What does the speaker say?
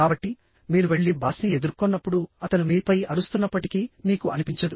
కాబట్టి మీరు వెళ్లి బాస్ని ఎదుర్కొన్నప్పుడు అతను మీపై అరుస్తున్నప్పటికీ మీకు అనిపించదు